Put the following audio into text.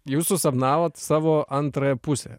jūs susapnavot savo antrąją pusę